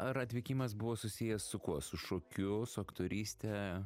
ar atvykimas buvo susijęs su kuo su šokiu su aktoryste